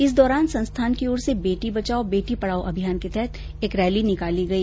इस दौरान संस्थान की ओर से बेटी बचाओ बेटी पढओं अभियान के तहत एक रैली भी निकाली गई